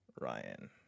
Ryan